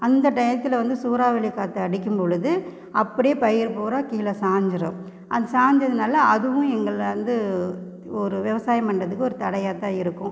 அந்த டையத்துல வந்து சூறாவளி காற்று அடிக்கும் பொழுது அப்படியே பயிர் பூராக கீழே சாஞ்சிடும் அந்த சாஞ்சதனால அதுவும் எங்களை வந்து ஒரு விவசாயம் பண்ணுறதுக்கு ஒரு தடையாகத்தான் இருக்கும்